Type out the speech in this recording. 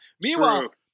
Meanwhile